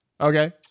okay